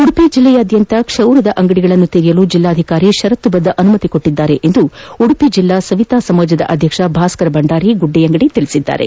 ಉಡುಪಿ ಜಿಲ್ಲೆಯಾದ್ಯಂತ ಕ್ಷೌರದ ಅಂಗಡಿಗಳನ್ನು ತೆರೆಯಲು ಜಿಲ್ಲಾಧಿಕಾರಿ ಷರತ್ತುಬದ್ದ ಅನುಮತಿ ನೀಡಿದ್ದಾರೆ ಎಂದು ಉಡುಪಿ ಜಿಲ್ಲಾ ಸವಿತಾ ಸಮಾಜಿದ ಅಧ್ಯಕ್ಷ ಭಾಸ್ಕರ ಬಂಡಾರಿ ಗುಡ್ಡೆಯಂಗದಿ ತಿಳಿಸಿದ್ದಾರೆ